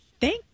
thank